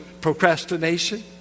procrastination